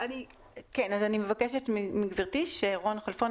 אז אני מבקשת שרון חלפון,